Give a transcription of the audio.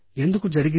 ఎందుకు జరిగింది